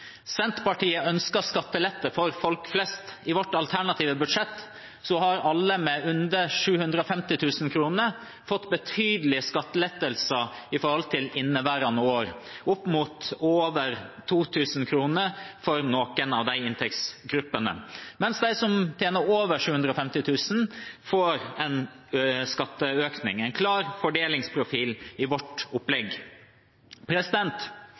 Senterpartiet ønsker skattelette for folk flest. I vårt alternative budsjett får alle som tjener under 750 000 kr, betydelige skattelettelser i forhold til inneværende år – opp mot over 2 000 kr for noen av de inntektsgruppene – mens de som tjener over 750 000 kr, får en skatteøkning. Dette er en klar fordelingsprofil i vårt opplegg.